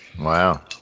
Wow